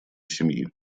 семьи